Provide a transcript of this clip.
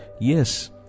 yes